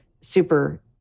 super